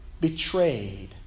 Betrayed